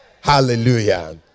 Hallelujah